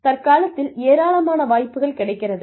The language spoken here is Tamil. தற்காலத்தில் ஏராளமான வாய்ப்புகள் கிடைக்கிறது